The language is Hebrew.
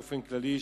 באופן כללי,